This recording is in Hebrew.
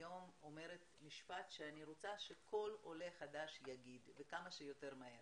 היום אומרת משפט שאני רוצה שכל עולה חדש יאמר אותו וכמה שיותר מהר